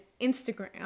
Instagram